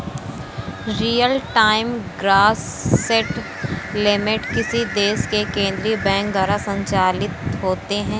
real time gross settlement किसी देश के केन्द्रीय बैंक द्वारा संचालित होते हैं